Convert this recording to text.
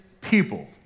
people